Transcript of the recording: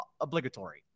obligatory